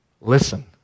listen